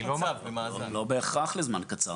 לא בהכרח לזמן קצר,